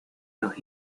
los